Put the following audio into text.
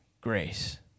grace